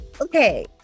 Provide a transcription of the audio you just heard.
Okay